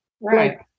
right